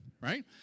right